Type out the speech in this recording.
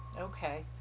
Okay